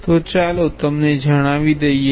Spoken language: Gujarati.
તો ચાલો તમને જણાવી દઈએ